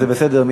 זה בסדר,